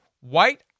white